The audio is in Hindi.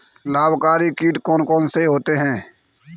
लाभकारी कीट कौन कौन से होते हैं?